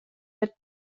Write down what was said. but